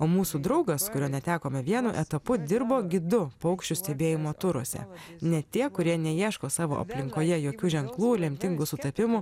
o mūsų draugas kurio netekome vienu etapu dirbo gidu paukščių stebėjimo turuose net tie kurie neieško savo aplinkoje jokių ženklų lemtingų sutapimų